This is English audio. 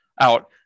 out